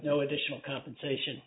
no additional compensation